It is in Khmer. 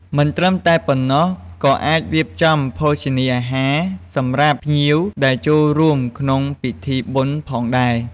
មិនត្រឹមតែប៉ុណ្ណោះក៏អាចរៀបចំភោជនាហារសម្រាប់ភ្ញៀវដែលចូលរួមក្នុងពិធីបុណ្យផងដែរ។